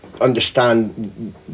understand